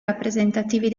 rappresentativi